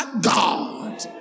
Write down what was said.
God